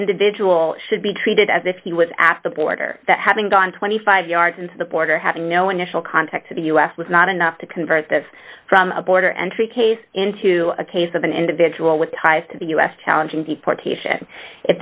individual should be treated as if he was at the border that having gone twenty five yards into the border having no initial contact to the us was not enough to convert this from a border entry case into a case of an individual with ties to the u s challenging deportation